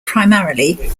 primarily